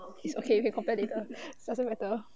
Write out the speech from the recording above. it's okay you can compare later doesn't matter